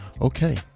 Okay